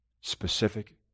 specific